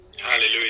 Hallelujah